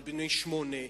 ובני שמונה,